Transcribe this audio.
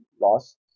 lost